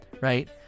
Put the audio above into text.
right